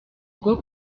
bwo